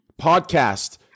podcast